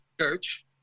Church